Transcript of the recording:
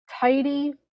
tidy